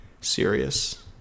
serious